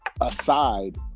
aside